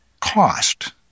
cost